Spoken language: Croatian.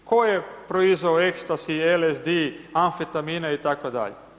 Tko je proizveo extasy, LSDI, amfetamine itd.